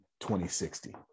2060